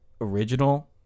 original